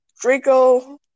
Draco